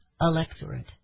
electorate